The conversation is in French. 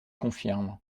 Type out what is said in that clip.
confirme